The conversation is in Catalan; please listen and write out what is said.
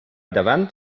davant